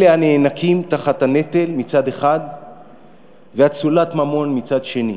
אלה הנאנקים תחת הנטל מצד אחד ואצולת ממון מצד שני.